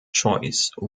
choice